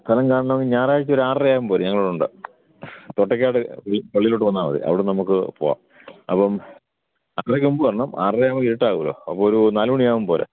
സ്ഥലം കാണണമെങ്കിൽ ഞാറാഴ്ച ഒരാറര ആവുമ്പോൾ പോര് ഞങ്ങളവിടെ ഉണ്ടാവും തോട്ടക്കാട് ഈ പള്ളിലോട്ട് വന്നാൽ മതി അവിടുന്നു നമുക്ക് പോവാം അപ്പം അത്രക്ക് മുമ്പുവരണം ആറ് അരയാകുമ്പോൾ ഇരുട്ട് ആവോലോ അപ്പോൾ ഒരൂ നാല് മണി ആവുമ്പോൾ പോര്